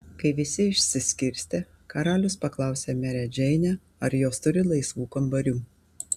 kai visi išsiskirstė karalius paklausė merę džeinę ar jos turi laisvų kambarių